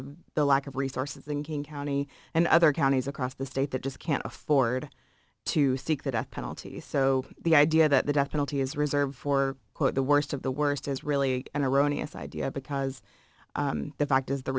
of the lack of resources in king county and other counties across the state that just can't afford to seek the death penalty so the idea that the death penalty is reserved for the worst of the worst is really an erroneous idea because the fact is the